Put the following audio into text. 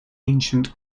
ancient